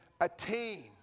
attain